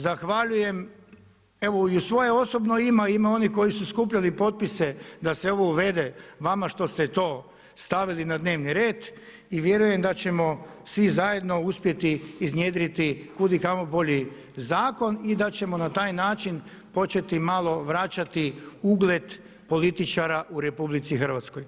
Zahvaljujem u svoje osobno, a i u ime onih koji su skupljali potpise da se ovo uvede vama što ste to stavili na dnevni red i vjerujem da ćemo svi zajedno uspjeti iznjedriti kud i kamo bolji zakon i da ćemo na taj način početi malo vraćati ugleda političara u RH.